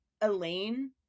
Elaine